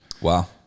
Wow